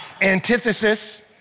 antithesis